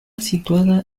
situada